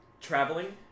traveling